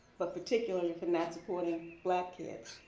but particularly for not supporting black kids.